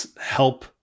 help